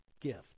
gift